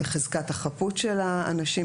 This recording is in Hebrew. חזקת החפות של האנשים.